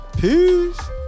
Peace